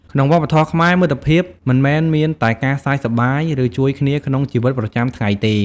ក្នុងវប្បធម៌ខ្មែរ មិត្តភាពមិនមែនមានតែការសើចសប្បាយ ឬជួយគ្នាក្នុងជីវិតប្រចាំថ្ងៃទេ។